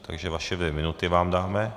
Takže vaše dvě minuty vám dáme.